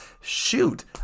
shoot